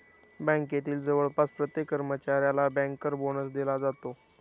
बँकेतील जवळपास प्रत्येक कर्मचाऱ्याला बँकर बोनस दिला जातो